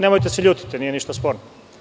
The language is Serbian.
Nemojte da se ljutite nije ništa sporno.